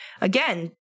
again